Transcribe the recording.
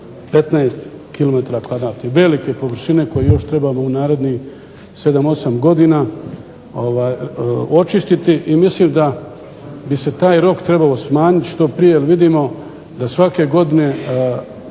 velike površine koju još trebamo u narednih 7, 8 godina očistiti i mislim da bi se trebao taj rok smanjiti što prije jer vidimo da svake godine